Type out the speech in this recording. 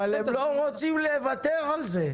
אבל הם לא רוצים לוותר על זה.